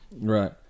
right